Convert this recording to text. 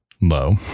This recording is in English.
low